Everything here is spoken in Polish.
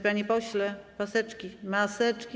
Panie Pośle, maseczki, maseczki.